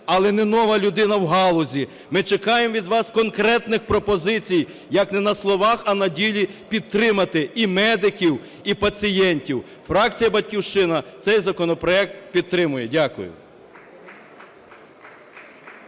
але не нова людина в галузі. Ми чекаємо від вас конкретних пропозицій, як не на словах, а на ділі підтримати і медиків, і пацієнтів. Фракція "Батьківщина" цей законопроект підтримує. Дякую.